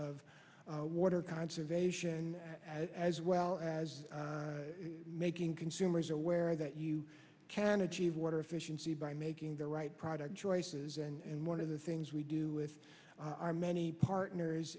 of water conservation as well as making consumers aware that you can achieve water efficiency by making the right product choices and one of the things we do with our many partners